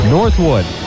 Northwood